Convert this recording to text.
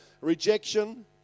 rejection